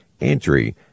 entry